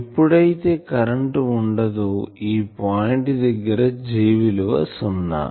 ఎప్పుడైతే కరెంటు ఉండదో ఈ పాయింట్ దగ్గర J విలువ సున్నా